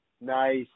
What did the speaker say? Nice